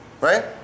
Right